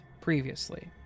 previously